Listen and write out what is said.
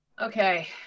okay